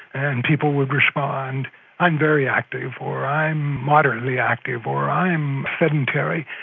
and people would respond i'm very active or i'm moderately active or i'm sedentary.